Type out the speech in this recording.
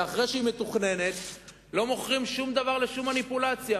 אחרי שהיא מתוכננת לא מוכרים שום דבר לשום מניפולציה.